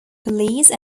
police